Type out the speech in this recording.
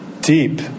deep